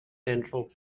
central